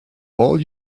all